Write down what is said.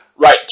Right